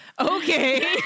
Okay